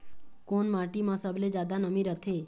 कोन माटी म सबले जादा नमी रथे?